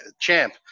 champ